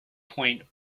point